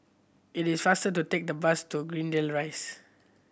it is faster to take the bus to Greendale Rise